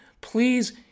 Please